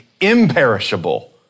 imperishable